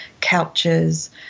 couches